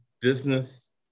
business